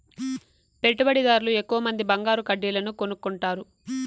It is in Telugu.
పెట్టుబడిదార్లు ఎక్కువమంది బంగారు కడ్డీలను కొనుక్కుంటారు